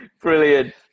Brilliant